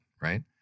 Right